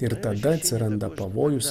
ir tada atsiranda pavojus